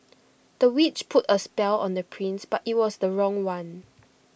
the witch put A spell on the prince but IT was the wrong one